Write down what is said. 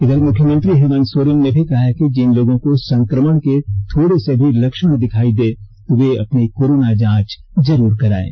इधर मुख्यमंत्री हेमंत सोरेन ने भी कहा है कि जिन लोगों को संकमण के थोड़े से भी लक्षण दिखायी दे तो वे अपनी कोरोना जांच जरूर कराये